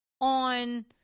on